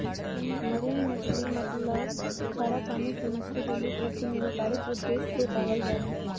marine मछली मतलब खारा पानी के मछली जलीय कृषि में व्यापारिक उद्देश्य से पालल जा हई